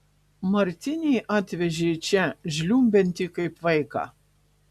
martinį atvežė čia žliumbiantį kaip vaiką